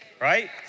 right